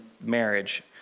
marriage